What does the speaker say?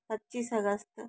पच्चीस अगस्त